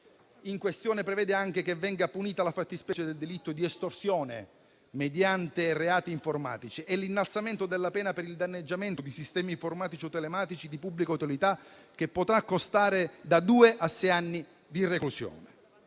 in questione prevede anche che venga punita la fattispecie del delitto di estorsione mediante reati informatici e l'innalzamento della pena per il danneggiamento di sistemi informatici o telematici di pubblica utilità, che potrà costare da due a sei anni di reclusione.